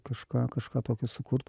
kažką kažką tokio sukurt